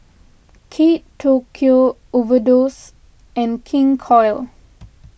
Kate Tokyo Overdose and King Koil